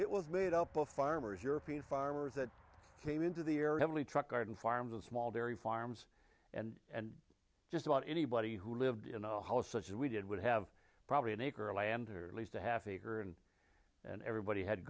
it was made up of farmers european farmers that came into the year heavily truck garden farms and small dairy farms and and just about anybody who lived you know how such as we did would have probably an acre of land or at least a half acre and and everybody had